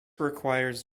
requires